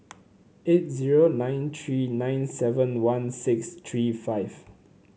eight zero nine three nine seven one six three five